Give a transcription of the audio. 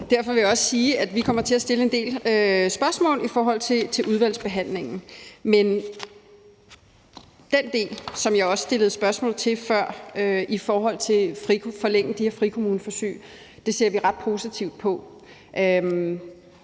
derfor vil jeg også sige, at vi kommer til at stille en del spørgsmål i udvalgsbehandlingen. Men den del, som jeg også stillede spørgsmål til før, i forhold til at forlænge de her frikommuneforsøg ser vi ret positivt på.